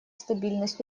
стабильность